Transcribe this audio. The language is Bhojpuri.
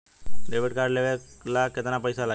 डेबिट कार्ड लेवे ला केतना पईसा लागी?